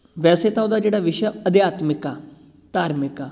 ਵੈਸੇ ਤਾਂ ਉਹਦਾ ਜਿਹੜਾ ਵਿਸ਼ਾ ਅਧਿਆਤਮਿਕ ਆ ਧਾਰਮਿਕ ਆ